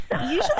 usually